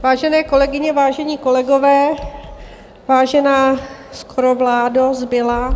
Vážené kolegyně, vážení kolegové, vážená skoro vládo zbylá.